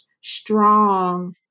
strong